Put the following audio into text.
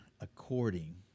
according